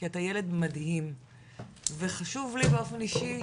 כי אתה ילד מדהים וחשוב לי באופן אישי,